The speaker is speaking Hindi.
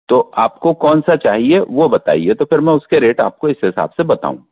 तो आपको कौन सा चाहिए वो बताइए तो फिर मैं उसके रेट आपको इस हिसाब से बताऊं